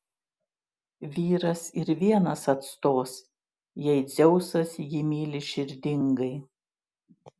vyras ir vienas atstos jei dzeusas jį myli širdingai